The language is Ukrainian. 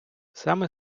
саме